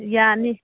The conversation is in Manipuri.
ꯌꯥꯅꯤ